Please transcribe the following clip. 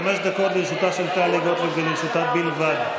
חמש דקות לרשותה של חברת הכנסת טלי גוטליב ולרשותה בלבד.